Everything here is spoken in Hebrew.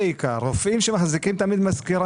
רופאים שמחזיקים תמיד מזכירה.